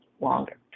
longer